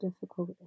difficult